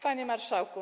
Panie Marszałku!